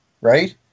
right